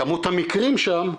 כמות המקרים שם,